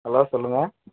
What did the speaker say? hello சொல்லுங்கள்